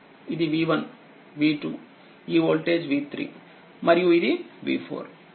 ఇదిv1 v2ఈ వోల్టేజ్v3మరియు ఇది v4